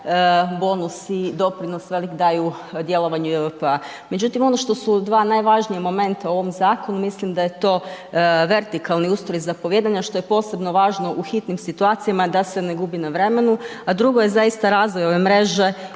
bonus i doprinos velik daju djelovanju JVP-a. Međutim, ono što su dva najvažnija momenta u ovom zakonu mislim da je to vertikalni ustroj zapovijedanja što je posebno važno u hitnim situacijama da se ne gubi na vremenu. A drugo je zaista razvoj ove mreže